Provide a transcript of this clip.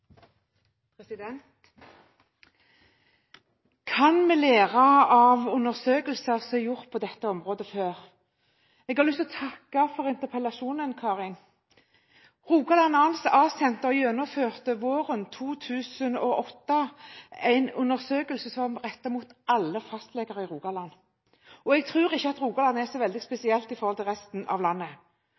Kan vi lære av undersøkelser som er gjort på dette området før? Jeg har lyst til å takke for interpellasjonen. Rogaland A-senter gjennomførte våren 2008 en undersøkelse som var rettet mot alle fastleger i Rogaland, og jeg tror ikke at Rogaland er så veldig spesielt i forhold til resten av landet.